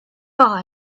far